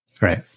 Right